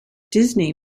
disney